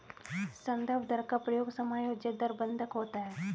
संदर्भ दर का प्रयोग समायोज्य दर बंधक होता है